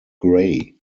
gray